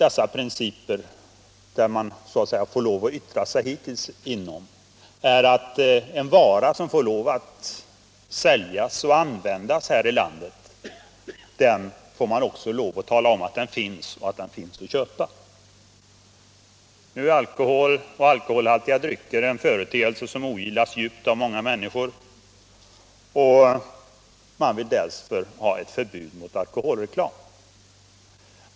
En princip som hittills gällt är att en vara som får säljas och användas här i landet, den får man också lov att tala om att den finns att köpa. Nu är alkohol och alkoholhaltiga drycker en företeelse som ogillas djupt av många människor, och de vill därför ha ett förbud mot alkoholreklam.